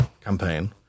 campaign